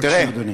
בבקשה, אדוני.